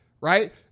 right